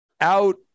out